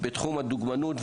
בתחום הדוגמנות,